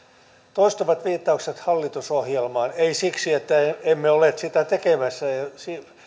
toistuvat viittaukset hallitusohjelmaan eivät siksi että emme olleet sitä tekemässä ja